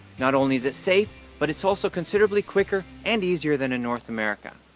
not only is it safe but it's also considerably quicker and easier than in north america.